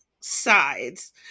sides